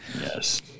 yes